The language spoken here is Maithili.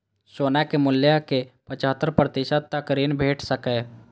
सोना के मूल्यक पचहत्तर प्रतिशत तक ऋण भेट सकैए